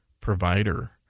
provider